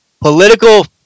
political